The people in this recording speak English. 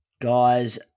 Guys